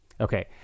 Okay